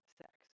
sex